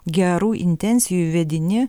gerų intencijų vedini